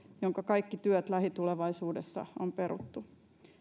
jonka kaikki työt lähitulevaisuudessa on peruttu